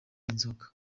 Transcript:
inzoga